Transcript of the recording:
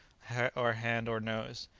or hand, or nose.